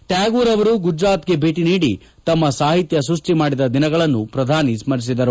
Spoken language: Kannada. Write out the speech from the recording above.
ಟ್ಯಾಗೋರ್ ಆವರು ಗುಜರಾತ್ಗೆ ಭೇಟಿ ನೀಡಿ ತಮ್ಮ ಸಾಹಿತ್ಯ ಸೃಷ್ಟಿ ಮಾಡಿದ ದಿನಗಳನ್ನು ಪ್ರಧಾನಿ ಸ್ಮರಿಸಿದರು